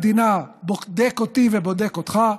אתה אומר להם מלכתחילה: מבקר המדינה בודק אותי ובודק אותך,